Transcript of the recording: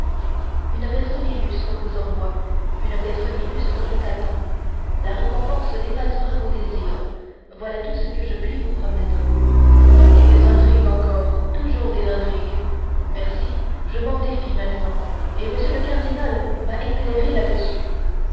une personne illustre vous envoie une personne illustre vous attend la récompense dépassera vos désirs voilà tout ce que je puis vous promettre des intrigues encore toujours des intrigues merci je m'en défie maintenant et m le cardinal m'a éclairé là-dessus